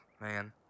man